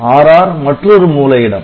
Rr மற்றொரு மூல இடம்